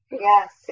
Yes